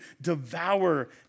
devour